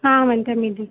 हँ हम इंटरमीडिएट छी